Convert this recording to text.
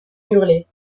hurler